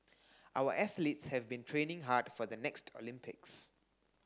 our athletes have been training hard for the next Olympics